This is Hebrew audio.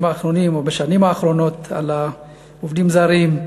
האחרונים ובשנים האחרונות על העובדים הזרים,